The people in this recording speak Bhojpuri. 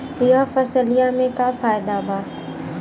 यह फसलिया में का फायदा बा?